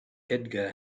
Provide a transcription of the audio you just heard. edgar